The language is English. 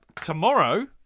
Tomorrow